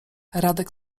radek